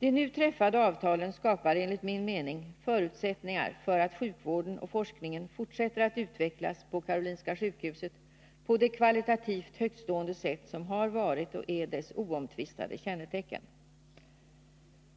De nu träffade avtalen skapar enligt min mening förutsättningar för att sjukvården och forskningen fortsätter att utvecklas på Karolinska sjukhuset på det kvalitativt högtstående sätt som har varit och är dess oomtvistade kännetecken.